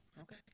Okay